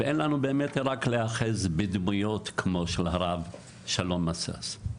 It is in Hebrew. ואין לנו באמת אלא רק להיאחז בדמויות כמו הרב שלום משאש.